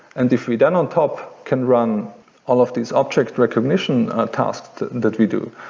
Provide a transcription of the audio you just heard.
and if we then on top can run all of these object recognition tasks that we do,